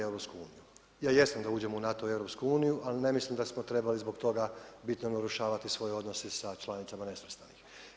Ja jesam da uđemo u NATO i EU, ali ne mislim da smo trebali zbog toga bitno narušavati svoje odnose sa članicama nesvrstanih.